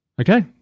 Okay